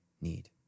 need